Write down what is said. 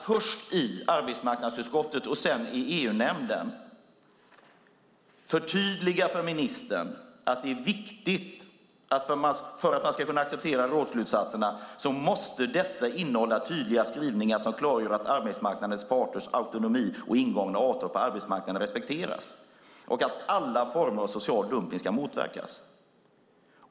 Först i arbetsmarknadsutskottet och sedan i EU-nämnden var man tvungen att förtydliga för ministern att för att vi ska kunna acceptera rådsslutsatserna måste dessa innehålla tydliga skrivningar som klargör att arbetsmarknadens parters autonomi och ingångna avtal på arbetsmarknaden respekteras och att alla former av social dumpning ska motverkas.